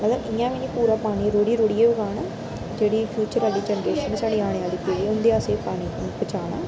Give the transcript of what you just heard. मतलब इ'यां बी नी पूरा पानी रुड़ी रुड़ियै मकान जेह्ड़ी फ्युचर आह्ली जनरेशन ऐ साढ़ी आने आह्ली पीढ़ी ऐ उंदे आस्तै बी पानी बचाना